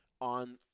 on